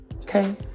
Okay